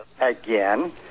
Again